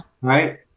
Right